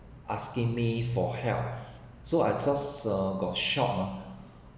asking me for help so I just uh got shocked uh